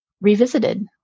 revisited